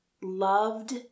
loved